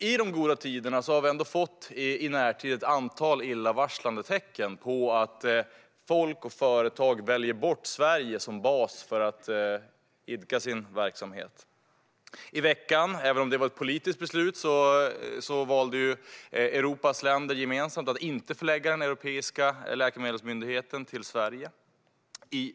I de goda tiderna har vi ändå i närtid fått ett antal illavarslande tecken på att folk och företag väljer bort Sverige som bas för att idka sin verksamhet. I veckan valde, även om det var ett politiskt beslut, Europas länder gemensamt att inte förlägga den europeiska läkemedelsmyndigheten till Sverige.